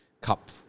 cup